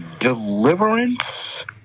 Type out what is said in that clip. Deliverance